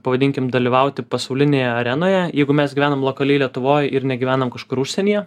pavadinkim dalyvauti pasaulinėje arenoje jeigu mes gyvenam lokaliai lietuvoj ir negyvenam kažkur užsienyje